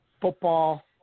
football